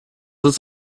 ist